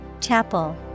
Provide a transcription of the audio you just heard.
Chapel